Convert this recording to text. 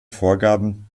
vorgaben